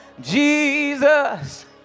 Jesus